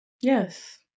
Yes